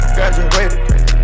Graduated